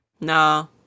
No